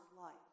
life